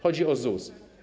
Chodzi o ZUS.